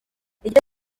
igice